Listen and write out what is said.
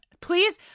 please